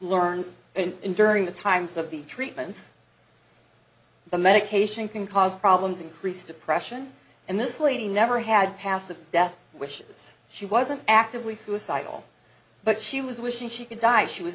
learn and in during the times of the treatments the medication can cause problems increase depression and this lady never had past the death which is she wasn't actively suicidal but she was wishing she could die she was